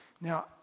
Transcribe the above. Now